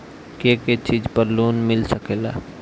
के के चीज पर लोन मिल सकेला?